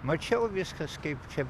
mačiau viskas kaip čia